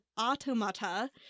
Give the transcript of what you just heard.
automata